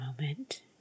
moment